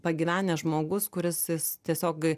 pagyvenęs žmogus kuris jis tiesiog